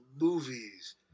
movies